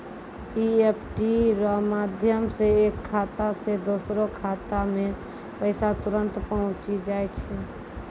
EFT रो माध्यम से एक खाता से दोसरो खातामे पैसा तुरंत पहुंचि जाय छै